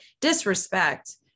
disrespect